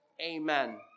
Amen